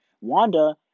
Wanda